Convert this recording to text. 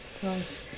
twice